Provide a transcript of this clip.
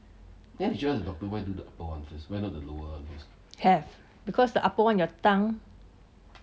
have because the upper one your tongue